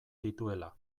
dituela